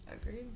Agreed